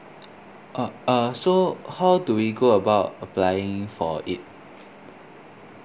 uh uh so how do we go about applying for it